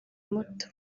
muto